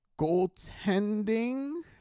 Goaltending